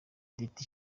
leta